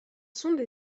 sonde